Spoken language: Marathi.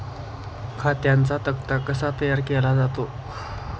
खात्यांचा तक्ता कसा तयार केला जातो?